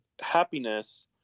happiness